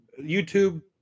YouTube